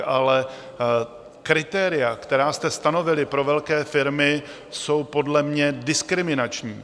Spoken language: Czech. Ale kritéria, která jste stanovili pro velké firmy, jsou podle mě diskriminační.